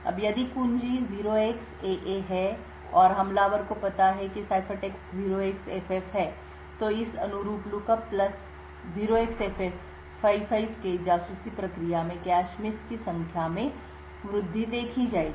अब यदि कुंजी 0xAA है और हमलावर को पता है कि सिफरटेक्स्ट 0xFF है तो इस अनुरूप लुकअप प्लस 0x55 के जासूसी प्रक्रिया में कैश मिस की संख्या में वृद्धि देखी जाएगी